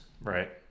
right